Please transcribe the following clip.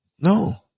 no